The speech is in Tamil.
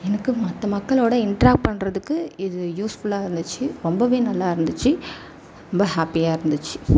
எனக்கு மற்ற மக்களோட இன்ட்ராக்ட் பண்ணுறதுக்கு இது யூஸ்ஃபுல்லாக இருந்திச்சு ரொம்பவே நல்லா இருந்திச்சு ரொம்ப ஹாப்பியாக இருந்திச்சு